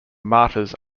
martyrs